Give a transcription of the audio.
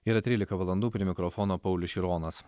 yra trylika valandų prie mikrofono paulius šironas